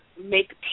make